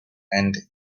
and